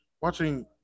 watching